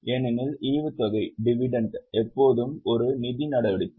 ஏனெனில் ஈவுத்தொகை எப்போதும் ஒரு நிதி நடவடிக்கை